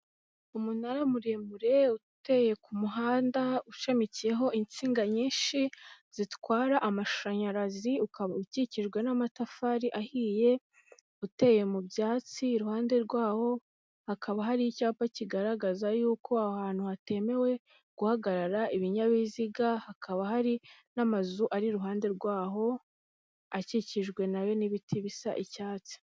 Umunara muremure uteye ku muhanda ushamikiyeho insinga nyinshi zitwara amashanyarazi, ukaba ukikijwe n'amatafari ahiye, uteye mu byatsi, iruhande rwawo hakaba hari icyapa kigaragaza yuko aho hantu hatemewe guhagarara ibinyabiziga, hakaba hari n'amazu ari iruhande rwaho, akikijwe na yo n'ibiti bisa icyatsi.